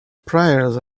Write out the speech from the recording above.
prayers